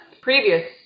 previous